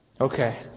Okay